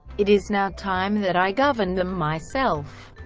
it is now time that i govern them myself.